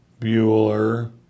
Bueller